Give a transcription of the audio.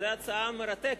זאת הצעה מרתקת.